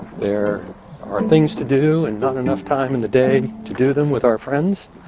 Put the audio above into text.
there are things to do and not enough time in the day to do them with our friends.